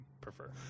prefer